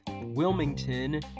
Wilmington